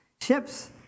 Ships